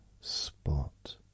spot